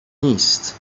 نیست